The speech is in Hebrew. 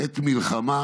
עת מלחמה,